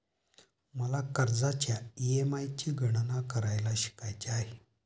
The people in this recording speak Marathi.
मला कर्जाच्या ई.एम.आय ची गणना करायला शिकायचे आहे